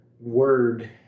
word